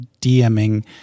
DMing